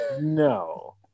No